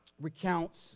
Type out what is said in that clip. recounts